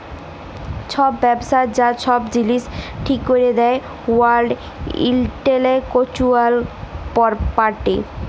ছব ব্যবসার যা ছব জিলিস ঠিক ক্যরে দেই ওয়ার্ল্ড ইলটেলেকচুয়াল পরপার্টি